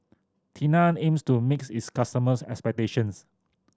Tena aims to mix its customers' expectations